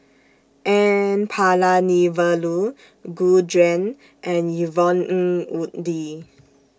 N Palanivelu Gu Juan and Yvonne Ng Uhde